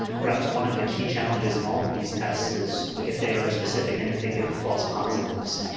perhaps one of the key challenges in all of these tests is if they are specific and if they give false positives.